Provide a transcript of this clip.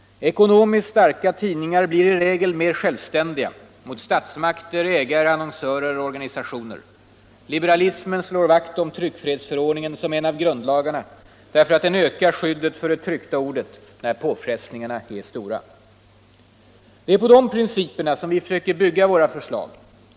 —-- Ekonomiskt starka tidningar blir i regel mer självständiga — mot statsmakter, ägare, annonsörer och organisationer. —-—-—- Liberalism slår vakt om tryckfrihets förordningen som en av grundlagarna därför att den ökar skyddet för det tryckta ordet när påfrestningarna är stora.” Det är på de principerna som vi försöker bygga våra förslag.